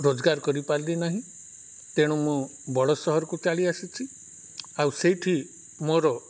ରୋଜଗାର କରିପାରିଲି ନାହିଁ ତେଣୁ ମୁଁ ବଡ଼ ସହରକୁ ଚାଲି ଆସିଛି ଆଉ ସେଇଠି ମୋର